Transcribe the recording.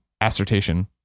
assertion